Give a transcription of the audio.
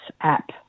app